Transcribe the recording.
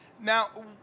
Now